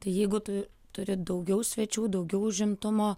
tai jeigu tu turi daugiau svečių daugiau užimtumo